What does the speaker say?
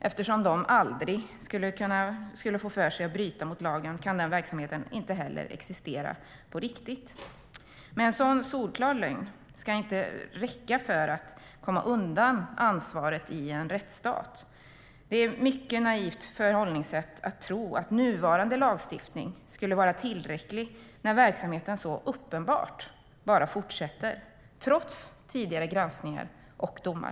Eftersom de aldrig skulle få för sig att bryta mot lagen kan verksamheten enligt företaget heller inte existera på riktigt. En så solklar lögn ska dock inte räcka för att komma undan ansvaret i en rättsstat. Det är ett mycket naivt förhållningssätt att tro att nuvarande lagstiftning skulle vara tillräcklig när verksamheten så uppenbart bara fortsätter, trots tidigare granskningar och domar.